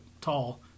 tall